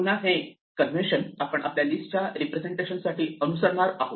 पुन्हा हे कन्व्हेन्शन आपण आपल्या लिस्ट च्या रिप्रेझेंटेशन साठी अनुसरनार आहोत